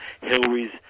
Hillary's